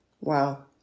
wow